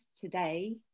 today